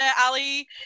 Ali